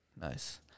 Nice